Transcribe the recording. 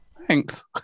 Thanks